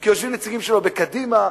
יושבים נציגים שלו בקדימה,